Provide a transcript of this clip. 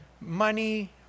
Money